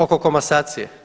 Oko komasacije?